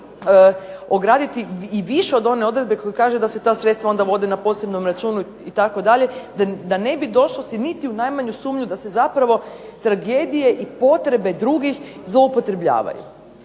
ograditi i više od one odredbe koja kaže da se ta sredstva onda vode na posebnom računu itd., da ne bi došlo se niti u najmanju sumnju da se zapravo tragedije i potrebe drugih zloupotrebljavaju.